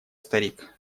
старик